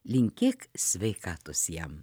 linkėk sveikatos jam